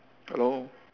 hello